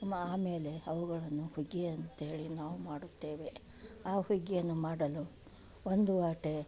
ಆಮೇಲೆ ಅವುಗಳನ್ನು ಹುಗ್ಗಿ ಅಂತೇಳಿ ನಾವು ಮಾಡುತ್ತೇವೆ ಆ ಹುಗ್ಗಿಯನ್ನು ಮಾಡಲು ಒಂದು ವಾಟೆ